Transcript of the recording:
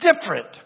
Different